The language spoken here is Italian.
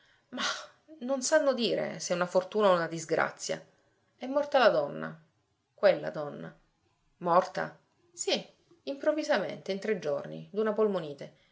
mah non sanno dire se una fortuna o una disgrazia è morta la donna quella donna morta sì improvvisamente in tre giorni d'una polmonite